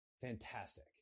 fantastic